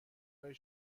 های